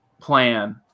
plan